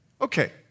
Okay